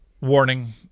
Warning